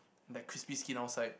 that crispy skin outside